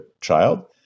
child